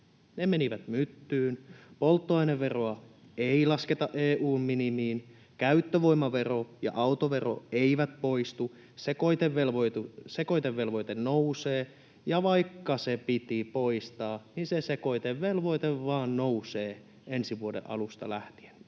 Ne menivät myttyyn: Polttoaineveroa ei lasketa EU:n minimiin. Käyttövoimavero ja autovero eivät poistu. Sekoitevelvoite nousee. Vaikka se piti poistaa, niin se sekoitevelvoite vain nousee ensi vuoden alusta lähtien.